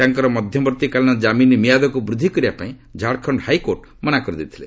ତାଙ୍କର ମଧ୍ୟବର୍ତ୍ତୀକାଳୀନ କ୍ରାମିନ ମିଆଦକୁ ବୃଦ୍ଧି କରିବା ପାଇଁ ଝାଡ଼ଖଣ୍ଡ ହାଇକୋର୍ଟ ମନା କରିଦେଇଥିଲେ